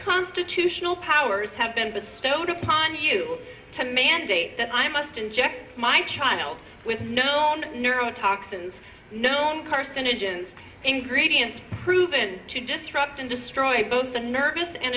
constitutional powers have been bestowed upon you to mandate that i must inject my child with known narrow toxins known carcinogens ingredients proven to disrupt and destroy both the nervous and